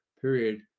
Period